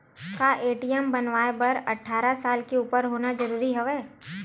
का ए.टी.एम बनवाय बर अट्ठारह साल के उपर होना जरूरी हवय?